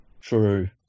True